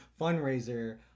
fundraiser